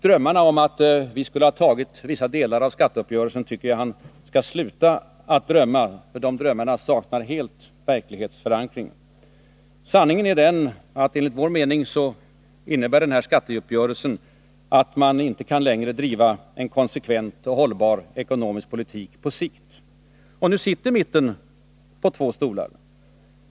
Drömmarna om att vi skulle acceptera vissa delar av skatteuppgörelsen tycker jag att han skall sluta framföra. De saknar helt verklighetsförankring! Sanningen är den att den här skatteuppgörelsen enligt vår mening innebär att man inte längre kan driva en konsekvent och hållbar ekonomisk politik på sikt. Nu sitter mitten på två stolar.